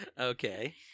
okay